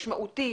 משמעותי,